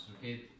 okay